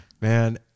Man